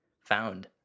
found